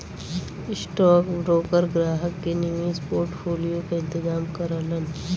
stockbroker ग्राहक के निवेश पोर्टफोलियो क इंतजाम करलन